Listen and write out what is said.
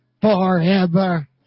forever